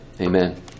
amen